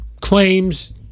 claims